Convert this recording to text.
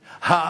לצדה,